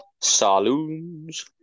saloons